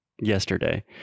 yesterday